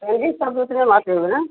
का दूसरे में आते होंगे न